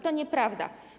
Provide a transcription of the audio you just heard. To nieprawda.